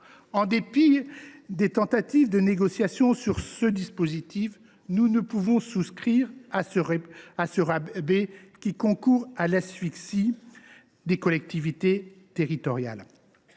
en soit des négociations sur ce dispositif, nous ne pouvons pas souscrire à ce rabais qui concourt à l’asphyxie des collectivités territoriales.